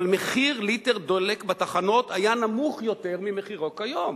אבל מחיר ליטר דלק בתחנות היה נמוך ממחירו כיום.